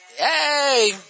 Yay